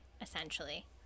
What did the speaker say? essentially